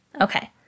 Okay